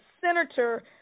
senator